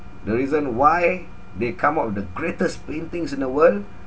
the reason why they come up with the greatest paintings in the world